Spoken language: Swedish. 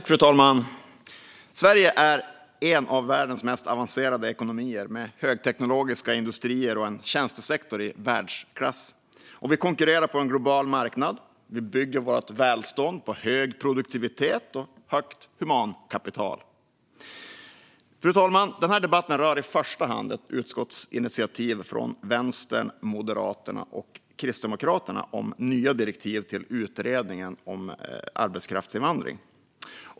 Fru talman! Sverige är en av världens mest avancerade ekonomier med högteknologiska industrier och en tjänstesektor i världsklass. Vi konkurrerar på en global marknad och bygger vårt välstånd på hög produktivitet och högt humankapital. Fru talman! Den här debatten rör i första hand ett utskottsinitiativ från Vänstern, Moderaterna och Kristdemokraterna om nya direktiv till utredningen om arbetskraftsinvandring.